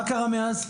מה קרה מאז?